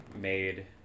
made